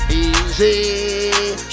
easy